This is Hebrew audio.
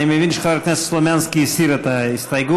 אני מבין שחבר הכנסת סלומינסקי הסיר את ההסתייגות.